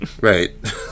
right